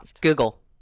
Google